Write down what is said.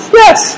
yes